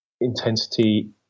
intensity